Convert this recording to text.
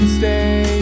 stay